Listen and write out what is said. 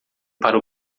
para